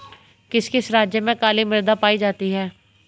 किस किस राज्य में काली मृदा पाई जाती है?